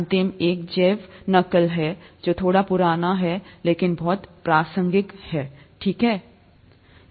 अंतिम एक जैव नकल है थोड़ा पुराना लेकिन बहुत प्रासंगिक है ठीक है